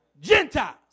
Gentiles